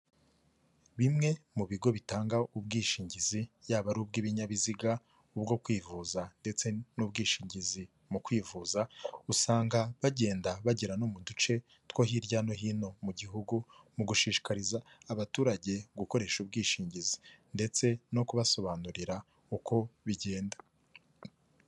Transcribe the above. Bimwe mu bigo bitanga ubwishingizi, yaba Ari ubw'ibinyabiziga, ubwo kwivuza ndetse n'ubwishingizi mu kwivuza, usanga bagenda bagera no mu duce two hirya no hino mu gihugu, mu gushishikariza abaturage gukoresha ubwishingizi ndetse no kubasobanurira uko bigenda.